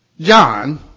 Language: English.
John